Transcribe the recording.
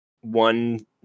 one